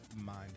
mind